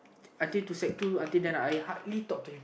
until to two until then I hardly talk to him